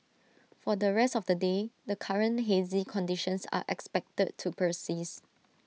for the rest of the day the current hazy conditions are expected to process